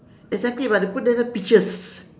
exactly but they put there peaches